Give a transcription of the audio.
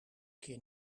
keer